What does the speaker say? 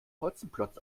hotzenplotz